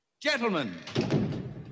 Gentlemen